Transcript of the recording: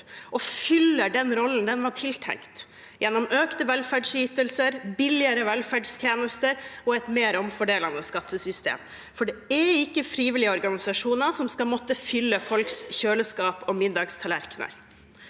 og fyller den rollen den var tiltenkt, gjennom økte velferdsytelser, billigere velferdstjenester og et mer omfordelende skattesystem, for det er ikke frivillige organisasjoner som skal måtte fylle folks kjøleskap og middagstallerkener.